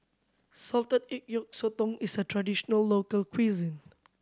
salted egg yolk sotong is a traditional local cuisine